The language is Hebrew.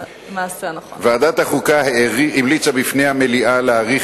ועדת החוקה המליצה לפני המליאה להאריך